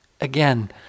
Again